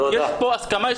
יש פה הסכמה.